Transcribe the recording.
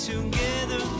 Together